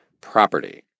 property